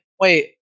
wait